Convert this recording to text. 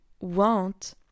want